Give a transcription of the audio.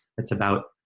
it's about,